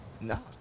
No